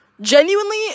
genuinely